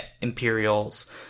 Imperials